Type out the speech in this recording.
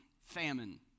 famine